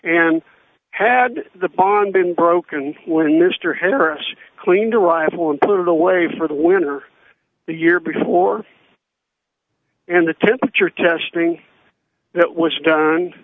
and had the bond been broken when mr harris cleaned arrival in little way for the winter the year before and the temperature testing that was done